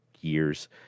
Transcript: years